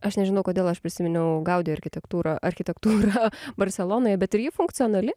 aš nežinau kodėl aš prisiminiau gaudi arkitektūrą architektūrą barselonoje bet ir ji funkcionali